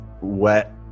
wet